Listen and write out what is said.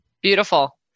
Beautiful